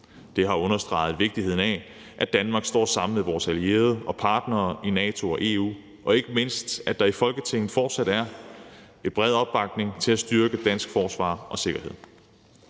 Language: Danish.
Det har understreget vigtigheden af, at Danmark står sammen med vores allierede og partnere i NATO og EU, og ikke mindst af, at der i Folketinget fortsat er en bred opbakning til at styrke dansk forsvar og sikkerhed.